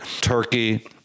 Turkey